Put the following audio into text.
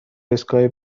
ایستگاه